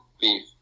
Beef